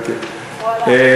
הוא הלך.